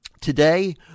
Today